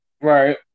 Right